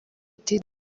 ati